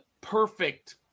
perfect